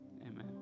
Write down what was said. amen